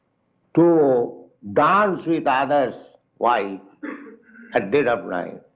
to dance with other's wife at dead of night,